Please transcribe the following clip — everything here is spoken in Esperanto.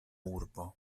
urbo